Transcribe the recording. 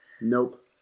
Nope